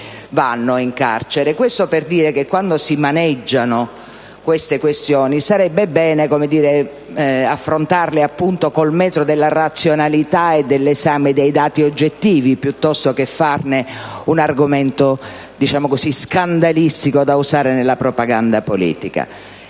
vanno in carcere. Questo per dire che quando si maneggiano tali questioni sarebbe bene affrontarle con il metro della razionalità e dell'esame dei dati oggettivi piuttosto che farne un argomento scandalistico da usare nella propaganda politica.